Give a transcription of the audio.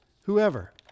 Whoever